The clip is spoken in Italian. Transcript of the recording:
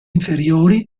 inferiori